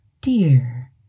dear